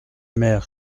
mères